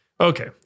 Okay